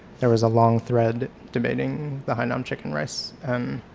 there was a long thread debating the hai nam chicken rice. and